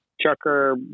chucker